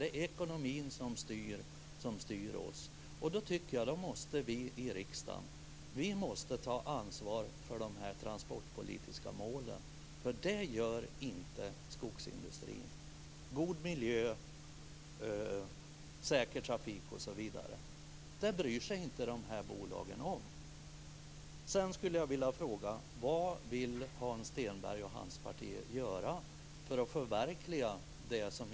Det är ekonomin som styr dem. Då tycker jag att vi i riksdagen måste ta ansvar för de transportpolitiska målen, för det gör inte skogsindustrin, dvs. god miljö, säker trafik osv. Det bryr sig dessa bolag inte om.